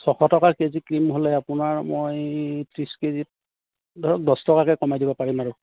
ছশ টকা KG cream হ'লে আপোনাৰ মই ত্ৰিছ কেজিত ধৰক দহ টকাকে কমাই দিব পাৰিম আৰু